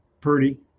Purdy